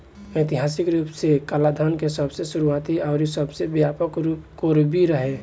ऐतिहासिक रूप से कालाधान के सबसे शुरुआती अउरी सबसे व्यापक रूप कोरवी रहे